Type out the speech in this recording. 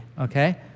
okay